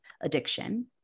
addiction